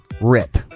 Rip